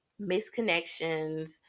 misconnections